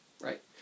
right